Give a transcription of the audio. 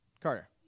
Carter